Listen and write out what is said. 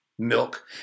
milk